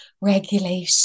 regulate